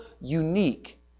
unique